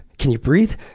can you breathe?